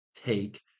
take